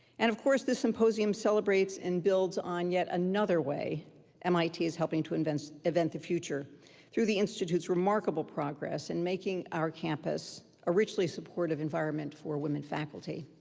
and of course, this symposium celebrates and builds on yet another way mit is helping to invent invent the future through the institute's remarkable progress in making our campus a richly supportive environment for women faculty.